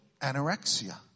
anorexia